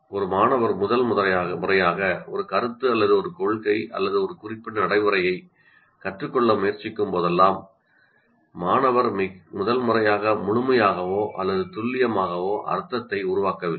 ' ஒரு மாணவர் முதல் முறையாக ஒரு கருத்து அல்லது ஒரு கொள்கை அல்லது ஒரு குறிப்பிட்ட நடைமுறையைக் கற்றுக்கொள்ள முயற்சிக்கும்போதெல்லாம் மாணவர் முதல் முறையாக முழுமையாகவோ அல்லது துல்லியமாகவோ அர்த்தத்தை உருவாக்கவில்லை